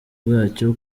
bwacyo